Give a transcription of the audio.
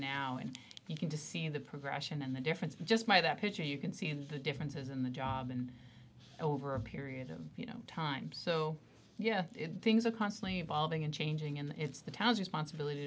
now and you can to see the progression and the difference just my that picture you can see the differences in the job and over a period of time so yeah things are constantly evolving and changing and it's the town's responsibility